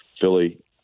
Philly